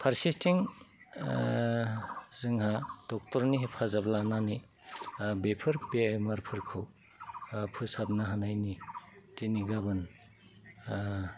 फारसेथिं जोंहा ड'क्टरनि हेफाजाब लानानै बेफोर बेमारफोरखौ न फोसाबनो हानायनि दिनै गाबोन